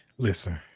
Listen